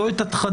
לא את התכנים,